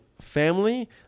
family